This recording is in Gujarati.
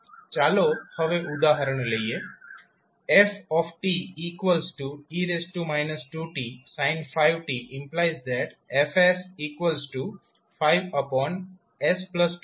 ચાલો હવે ઉદાહરણ લઈએ fe 2tsin 5t F5s2252 છે